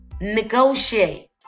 Negotiate